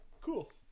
Cool